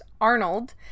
Arnold